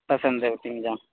پسند ہے وہ